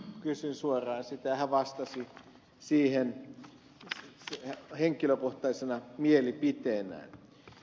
kysyin suoraan sitä ja hän vastasi siihen henkilökohtaisena mielipiteenään